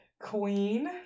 Queen